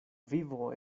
vivo